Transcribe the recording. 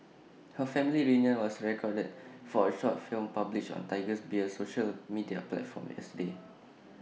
her family reunion was recorded for A short film published on Tiger Beer's social media platforms yesterday